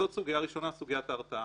זאת סוגיה ראשונה, סוגיית ההרתעה.